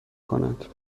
کند